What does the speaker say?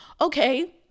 okay